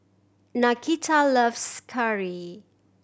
Nakita loves curry